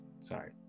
sorry